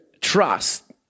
trust